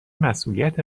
مسئولیت